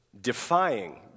defying